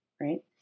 right